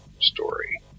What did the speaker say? story